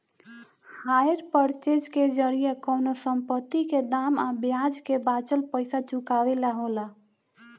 hire purchase के जरिया कवनो संपत्ति के दाम आ ब्याज के बाचल पइसा चुकावे के होला